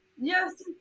yes